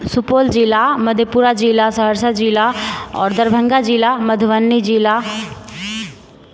सुपौल जिला मधेपुरा जिला सहरसा जिला आओर दरभंगा जिला मधुबनी जिला